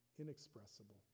Inexpressible